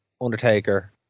Undertaker